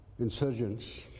insurgents